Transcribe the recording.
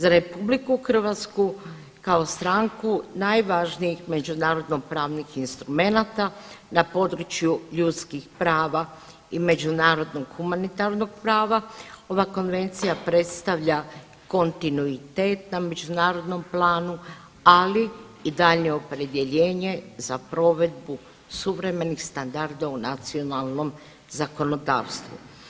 Za Republiku Hrvatsku kao stranku najvažnijih međunarodnih pravnih instrumenata na području ljudskih prava i međunarodnog humanitarnog prava ova Konvencija predstavlja kontinuitet na međunarodnom planu, ali i daljnje opredjeljenje za provedbu suvremenih standarda u nacionalnom zakonodavstvu.